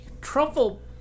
Truffle